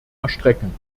erstrecken